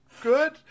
good